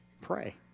Pray